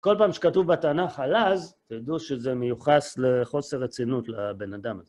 כל פעם שכתוב בתנ"ך הלז, תדעו שזה מיוחס לחוסר רצינות לבן אדם הזה.